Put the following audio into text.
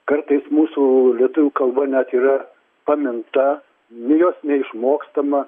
kartais mūsų lietuvių kalba net yra paminta nu jos neišmokstama